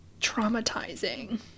traumatizing